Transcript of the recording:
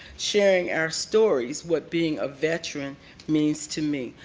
sharing our stories what being a veterans means to me.